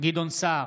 גדעון סער,